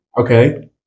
Okay